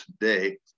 today